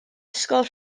ysgol